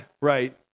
right